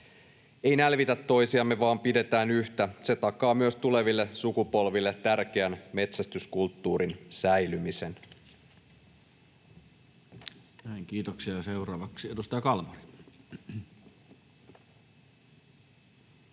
Ei nälvitä toisiamme, vaan pidetään yhtä. Se takaa myös tuleville sukupolville tärkeän metsästyskulttuurin säilymisen. [Speech 156] Speaker: Toinen varapuhemies